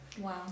Wow